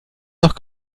nach